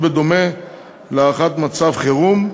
בדומה להארכת מצב חירום,